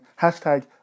Hashtag